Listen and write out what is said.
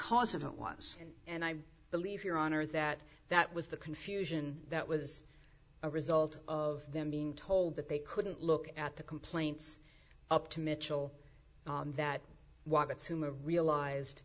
cause of it was and i believe your honor that that was the confusion that was a result of them being told that they couldn't look at the complaints up to mitchell that was at zuma realized